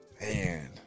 Man